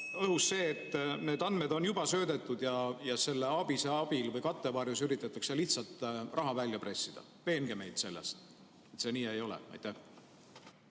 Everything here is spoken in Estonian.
õhus see, et need andmed on juba kuhugi söödetud ja selle ABIS-e abil või selle kattevarjus üritatakse lihtsalt raha välja pressida? Veenge meid selles, et see nii ei ole. See